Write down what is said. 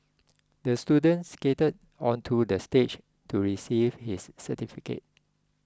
the student skated onto the stage to receive his certificate